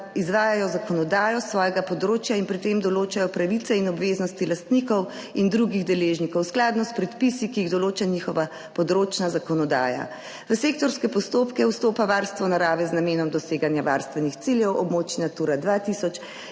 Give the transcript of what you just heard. izvajajo zakonodajo s svojega področja in pri tem določajo pravice in obveznosti lastnikov in drugih deležnikov skladno s predpisi, ki jih določa njihova področna zakonodaja. V sektorske postopke vstopa varstvo narave z namenom doseganja varstvenih ciljev območje Natura 2000